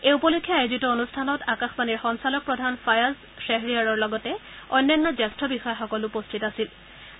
এই উপলক্ষে আয়োজিত অনুষ্ঠানত আকাশবাণীৰ সঞ্চালক প্ৰধান ফায়াজ খেহৰিয়াৰৰ লগতে অন্যান্য জ্যেষ্ঠ বিষয়াসকল উপস্থিত থাকে